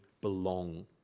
belong